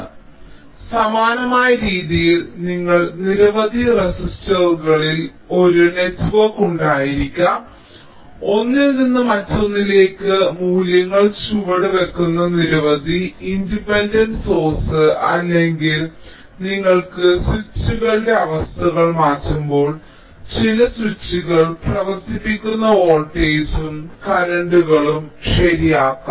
അതിനാൽ സമാനമായ രീതിയിൽ നിങ്ങൾക്ക് നിരവധി റെസിസ്റ്ററുകളുള്ള ഒരു നെറ്റ്വർക്ക് ഉണ്ടായിരിക്കാം ഒന്നിൽ നിന്ന് മറ്റൊന്നിലേക്ക് മൂല്യങ്ങൾ ചുവടുവെക്കുന്ന നിരവധി ഇൻഡിപെൻഡന്റ് സോഴ്സ്സ് അല്ലെങ്കിൽ നിങ്ങൾക്ക് സ്വിച്ചുകളുടെ അവസ്ഥകൾ മാറ്റുമ്പോൾ ചില സ്വിച്ചുകൾ പ്രവർത്തിപ്പിക്കുന്ന വോൾട്ടേജുകളും കറന്റുകളും ശരിയാക്കാം